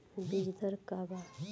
बीज दर का वा?